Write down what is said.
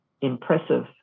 impressive